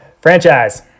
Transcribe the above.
Franchise